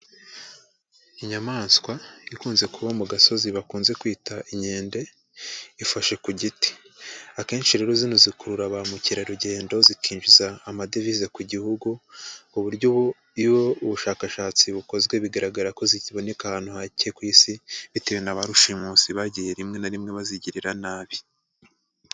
Inyamaswa ikunze kuba mu gasozi bakunze kwita inkende, ifashe ku giti. Akenshi rero zino zikurura bamukerarugendo zikinjiza amadevize ku gihugu ku buryo iyo ubushakashatsi bukozwe bigaragara ko zikiboneka ahantu hake ku isi, bitewe na ba rushimusi bagiye rimwe na rimwe bazigirira nabi.